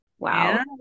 Wow